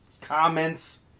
comments